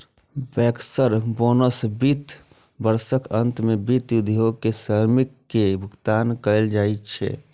bankers bonus वित्त वर्षक अंत मे वित्तीय उद्योग के श्रमिक कें भुगतान कैल जाइ छै